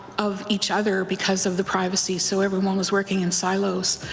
of each other because of the privacy. so everyone was working in silos.